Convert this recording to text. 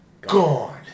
Gone